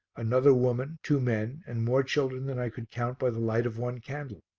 another woman, two men and more children than i could count by the light of one candle.